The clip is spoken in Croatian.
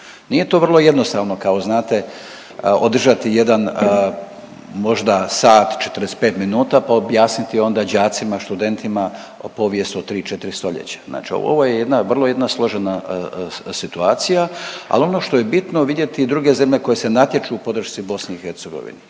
Nije to vrlo jednostavno kao znate održati jedan možda sat 45 minuta pa objasniti onda đacima, študenima povijest o tri, četiri stoljeća. Znači ovo je jedna, vrlo jedna složena situacija, ali ono što je bitno vidjeti druge zemlje koje se natječu u podršci BiH i prava